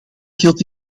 geldt